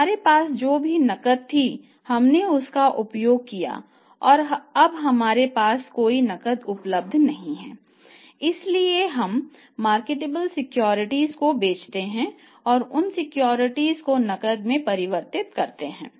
हमारे पास जो भी नकद थी हमने उसका उपयोग किया और अब हमारे पास कोई नकद उपलब्ध नहीं है इसलिए हम मार्केटेबल सिक्योरिटीज को बेचते हैं और उन सिक्योरिटीज को नकद में परिवर्तित करते हैं